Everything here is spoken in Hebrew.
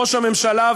ראש הממשלה,